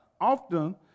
often